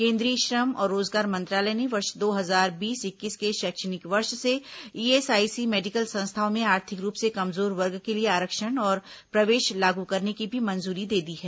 केंद्रीय श्रम और रोजगार मंत्रालय ने वर्ष दो हजार बीस इक्कीस के शैक्षणिक वर्ष से ईएसआईसी मेडिकल संस्थाओं में आर्थिक रूप से कमजोर वर्ग के लिए आरक्षण और प्रवेश लागू करने की भी मंजूरी दे दी है